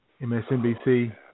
MSNBC